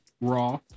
Raw